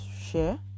share